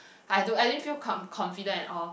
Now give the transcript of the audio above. I don't I didn't feel confident at all